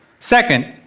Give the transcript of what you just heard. second,